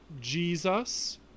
Jesus